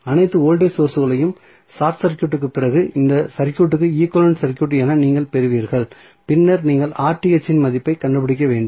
அனைத்து வோல்டேஜ் சோர்ஸ்களையும் ஷார்ட் சர்க்யூட்க்குப் பிறகு இந்த சர்க்யூட்க்கு ஈக்வலன்ட் சர்க்யூட் என நீங்கள் பெறுவீர்கள் பின்னர் நீங்கள் இன் மதிப்பைக் கண்டுபிடிக்க வேண்டும்